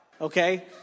okay